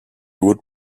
would